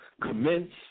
commence